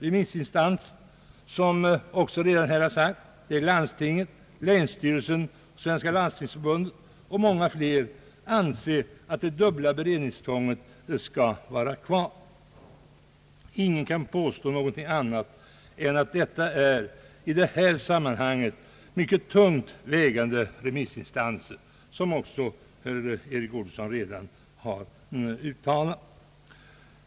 Dessa instanser utgörs av landstinget, «länsstyrelsen, «Svenska landstingsförbundet m.fl., och ingen kan påstå annat än att dessa remissinstanser är mycket tungt vägande, vilket herr Olsson redan uttalat.